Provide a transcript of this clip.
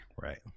Right